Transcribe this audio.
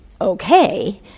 okay